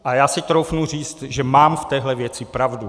A já si troufnu říct, že mám v téhle věci pravdu.